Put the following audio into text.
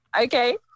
Okay